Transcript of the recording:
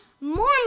more